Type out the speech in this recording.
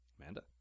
Amanda